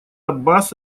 аббас